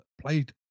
played